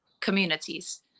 communities